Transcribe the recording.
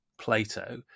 plato